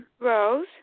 Rose